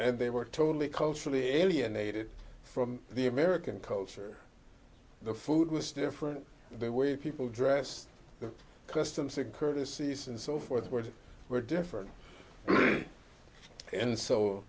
and they were totally culturally alienated from the american culture the food was different the way people dressed the customs and courtesies and so forth which were different in so